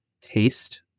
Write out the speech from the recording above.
taste